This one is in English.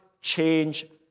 change